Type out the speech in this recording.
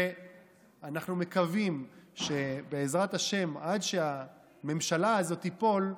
ואנחנו מקווים שבעזרת השם, עד שהממשלה הזאת תיפול,